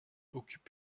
occupent